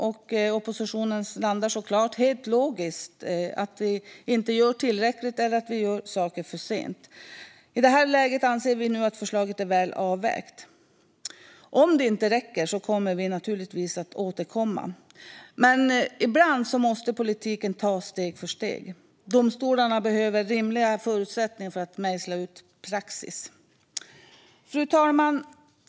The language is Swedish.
Oppositionen landar ofta, helt logiskt, i att vi inte gör tillräckligt eller att vi gör saker för sent. I det här läget anser vi dock att förslaget är väl avvägt. Om det inte räcker kommer vi naturligtvis att återkomma, men ibland måste politiken ta steg för steg. Domstolarna behöver få rimliga förutsättningar för att mejsla ut praxis. Fru talman!